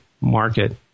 market